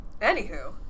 Anywho